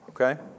Okay